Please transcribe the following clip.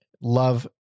love